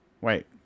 Wait